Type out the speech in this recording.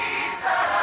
Jesus